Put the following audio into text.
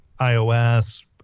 iOS